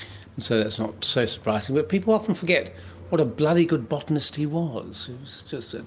so that's not so surprising. but people often forget what a bloody good botanist he was, he was just. ah